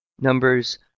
numbers